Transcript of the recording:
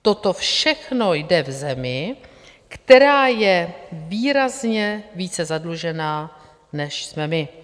Toto všechno jde v zemi, která je výrazně více zadlužená, než jsme my.